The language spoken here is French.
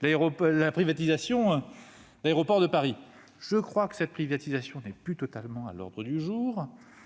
la privatisation d'Aéroports de Paris. Il me semble que cette privatisation n'est plus totalement à l'ordre du jour